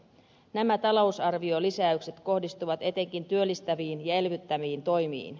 nämä talousarviolisäykset kohdistuvat etenkin työllistäviin ja elvyttäviin toimiin